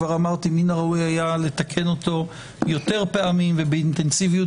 מן הראוי היה לתקנו יותר פעמים ובאינטנסיביות